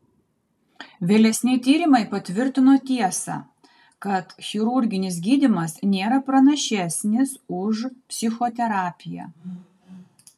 vėlesni tyrimai patvirtino tiesą kad chirurginis gydymas nėra pranašesnis už psichoterapiją